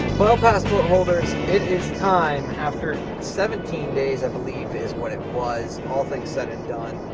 well, passport holders, it is time. after seventeen days, i believe is what it was, all things said and done,